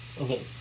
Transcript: Okay